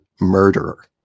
murderer